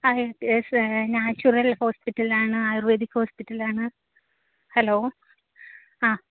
ആ yes natural ഹോസ്പ്പിറ്റലാണ് ayurvedic ഹോസ്പ്പിറ്റലാണ് ഹലോ ആ